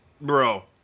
Bro